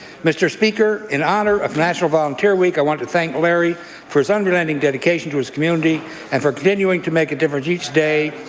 mr. speaker, in honour of national volunteer week, i want to thank larry for its unrelenting dedication to his community and for continuing to make a difference each day.